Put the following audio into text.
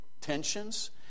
tensions